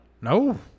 No